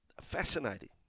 Fascinating